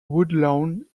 woodlawn